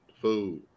food